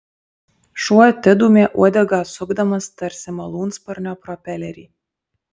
šuo atidūmė uodegą sukdamas tarsi malūnsparnio propelerį